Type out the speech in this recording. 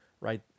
right